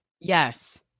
yes